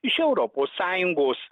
iš europos sąjungos